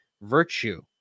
virtue